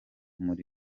muri